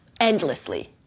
endlessly